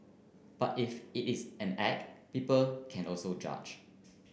but if it is an act people can also judge